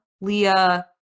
leah